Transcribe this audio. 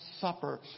Supper